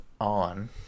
on